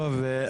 טוב,